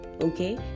okay